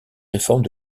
réformes